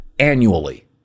Annually